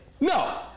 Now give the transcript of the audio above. No